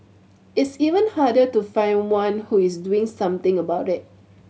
it's even harder to find one who is doing something about it